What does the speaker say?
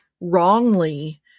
wrongly